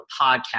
podcast